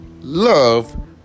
love